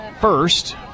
first